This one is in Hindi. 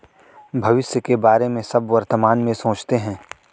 भविष्य के बारे में सब वर्तमान में सोचते हैं